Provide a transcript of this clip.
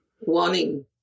wanting